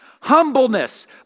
humbleness